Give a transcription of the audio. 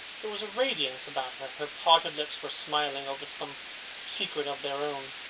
there was a radiance about her. her parted lips were smiling over some secret of their own.